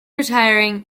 retiring